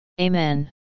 Amen